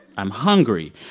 i'm hungry.